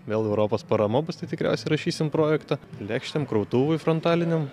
vėl europos parama bus tai tikriausiai rašysim projektą lėkštėm krautuvui frontaliniam